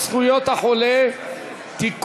הצעת חוק זכויות החולה (תיקון,